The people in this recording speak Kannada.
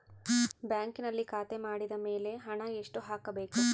ಬ್ಯಾಂಕಿನಲ್ಲಿ ಖಾತೆ ಮಾಡಿದ ಮೇಲೆ ಎಷ್ಟು ಹಣ ಹಾಕಬೇಕು?